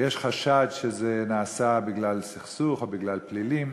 ויש חשד שזה נעשה בגלל סכסוך או בגלל פלילים.